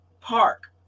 park